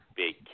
big